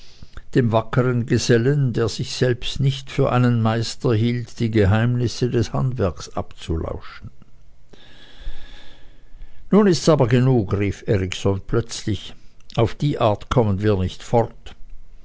dem wackern gesellen der sich selbst nicht für einen meister hielt die geheimnisse des handwerks abzulauschen nun ist's aber genug rief erikson plötzlich auf die art kommen wir nicht fort